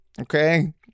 okay